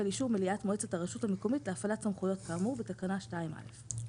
אישור מליאת מועצת הרשות המקומית להפעלת סמכויות כאמור בתקנה 2(א)".